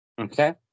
Okay